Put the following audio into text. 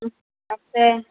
আছে